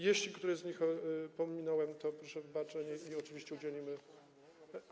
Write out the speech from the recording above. Jeśli któreś z nich pominąłem, to proszę o wybaczenie i oczywiście udzielimy.